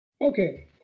Okay